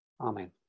Amen